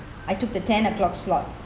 I took the ten o'clock slot